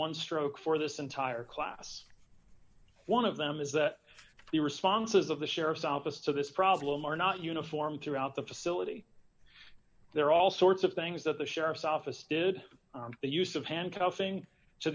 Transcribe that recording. one stroke for this entire class one of them is that the responses of the sheriff's office to this problem are not uniform throughout the facility there are all sorts of things that the sheriff's office did the use